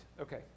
Okay